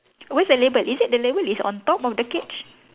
where's the label is it the label is on top of the cage